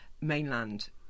mainland